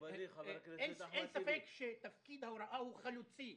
אין ספק, שתפקיד ההוראה הוא חלוצי.